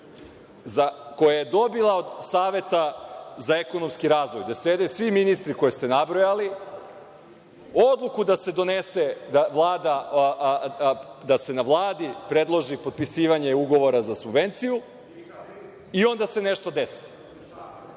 koja je dobila od Saveta za ekonomski razvoj, gde sede svi ministri koje ste nabrojali, odluku da se na Vladi predloži potpisivanje ugovora za subvenciju i onda se nešto desi.